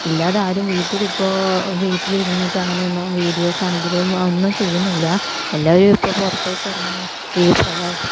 ഇല്ലാതെ ആരും വീട്ടിലിപ്പോൾ വീട്ടിലിരുന്നിട്ട് അങ്ങനെയൊന്നും വീഡിയോസാണെങ്കിലും ഒന്നും ചെയ്യുന്നില്ല എല്ലാവരും ഇപ്പോൾ പുറത്തേക്കിറങ്ങി ഈ പ്രകാശ